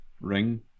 ring